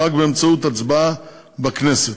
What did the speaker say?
רק באמצעות הצבעה בכנסת.